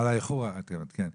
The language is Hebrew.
על האיחור, כן.